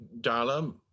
Darla